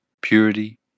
purity